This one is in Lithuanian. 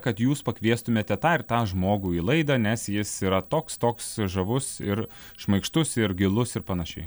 kad jūs pakviestumėte tą ir tą žmogų į laidą nes jis yra toks toks žavus ir šmaikštus ir gilus ir panašiai